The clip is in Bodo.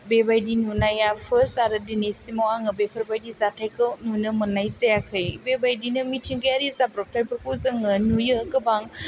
बेबायदि नुनाया फार्स आरो दिनैसिमाव आङो बेफोर बायदि जाथाइखौ नुनो मोननाय जायाखै बेबायदिनो मिथिंगायारि जाब्र'थाइफोरखौ जोङो नुयो गोबां